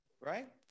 Right